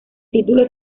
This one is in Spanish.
título